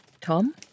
Tom